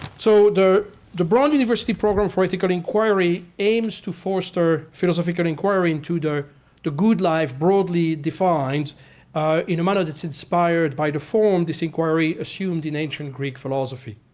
so the the brown university program for ethical inquiry aims to foster philosophical inquiry into the good life broadly defined in a manner that's inspired by the form this inquiry assumed in ancient greek philosophy.